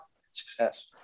success